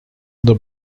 the